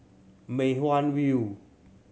Mei Hwan View